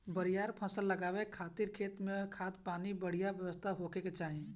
बरियार फसल लगावे खातिर खेत में खाद, पानी के बढ़िया व्यवस्था होखे के चाही